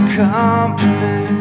company